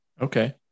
Okay